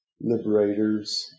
liberators